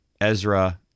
Ezra